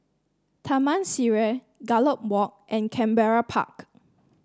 Taman Sireh Gallop Walk and Canberra Park